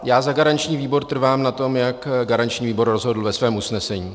Já za garanční výbor trvám na tom, jak garanční výbor rozhodl ve svém usnesení.